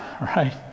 right